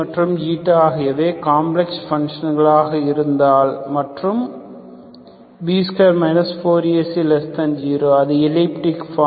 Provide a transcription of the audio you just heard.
மற்றும் ஆகியவை complex function களாக இருந்தால் மற்றும் B2 4AC0 அது எல்லிப்டிக் ஃபார்ம்